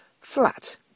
Flat